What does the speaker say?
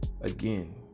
again